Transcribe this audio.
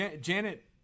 Janet